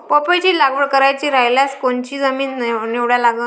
पपईची लागवड करायची रायल्यास कोनची जमीन निवडा लागन?